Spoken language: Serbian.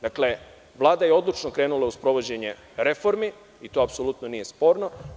Dakle, Vlada je odlučno krenula u sprovođenje reformi i to apsolutno nije sporno.